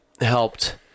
Helped